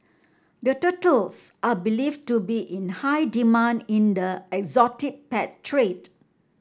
the turtles are believe to be in high demand in the exotic pet trade